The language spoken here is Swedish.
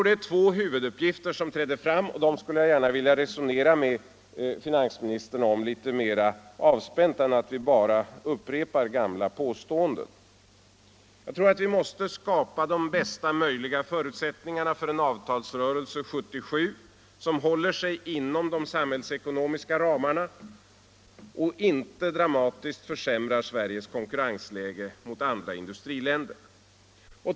Det är två huvuduppgifter som här träder fram, och dem skulle jag gärna vilja resonera med finansministern om litet mera avspänt än bara genom att vi upprepar gamla påståenden. Vi måste skapa bästa möjliga förutsättningar för en avtalsrörelse 1977 som håller sig inom de samhällsekonomiska ramarna och inte dramatiskt försämrar Sveriges konkurrensläge gentemot andra industriländer.